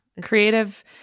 creative